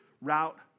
route